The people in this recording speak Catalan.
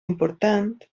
important